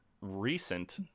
recent